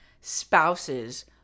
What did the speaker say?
spouses